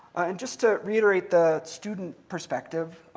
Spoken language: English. and just to reiterate the student perspective,